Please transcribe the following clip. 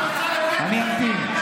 אני אמתין.